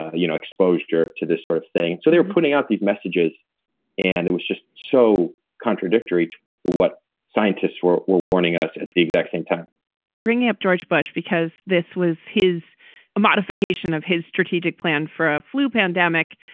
ah you know, exposure to this sort of thing. so they're putting out these messages and it was just so contradictory to what scientists were were warning us and the exact same time bringing up george bush because this was his modification of his strategic plan for a flu pandemic.